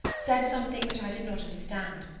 said something which i did not understand.